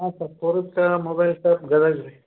ಹಾಂ sir Poorvika mobile shop Gadag ರೀ